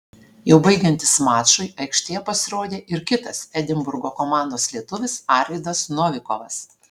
jau baigiantis mačui aikštėje pasirodė ir kitas edinburgo komandos lietuvis arvydas novikovas